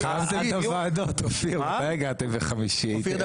מתי הגעתם לדיונים בימי חמישי?